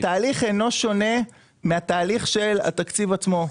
התהליך אינו שונה מהתהליך של התקציב עצמו.